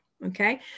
Okay